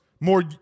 More